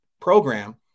program